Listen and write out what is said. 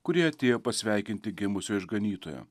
kurie atėjo pasveikinti gimusio išganytojo